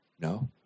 No